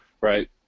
right